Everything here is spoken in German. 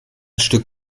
stück